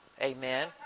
Amen